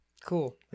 Cool